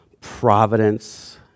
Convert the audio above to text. providence